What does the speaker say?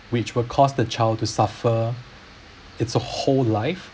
which will cause the child to suffer it's a whole life